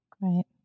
Right